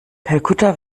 kalkutta